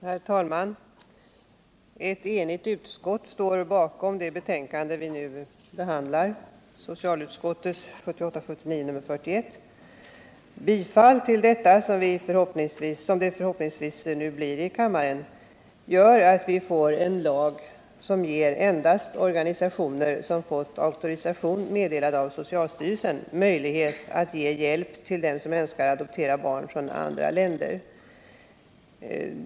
Herr talman! Ett enigt utskott står bakom det betänkande vi nu behandlar, socialutskottets betänkande 1978/79:41. Ett bifall till utskottets förslag, som det förhoppningsvis blir här i kammaren, innebär att vi får en lag som ger endast organisationer vilka fått auktorisation av socialstyrelsen möjlighet att ge hjälp till dem som önskar adoptera barn från andra länder.